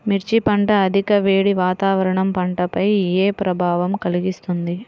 మిర్చి పంట అధిక వేడి వాతావరణం పంటపై ఏ ప్రభావం కలిగిస్తుంది?